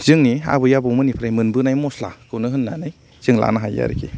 जोंनि आबै आबौमोननिफ्राय मोनबोनाय मस्लाखौनो होननानै जों लानो हायो आरोखि